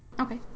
Okay